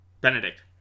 Benedict